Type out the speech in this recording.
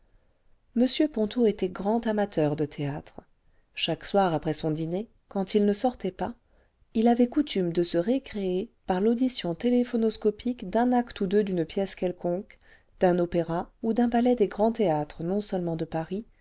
m ponto était grand amateur de théâtre chaque soir après son dîner quand il ne sortait pas il avait coutume de se récréer par l'audition télé phonoscopique d'un acte ou deux d'une pièce quelconque d'un opéra ou d'un ballet des grands théâtres non seulement de paris